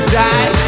die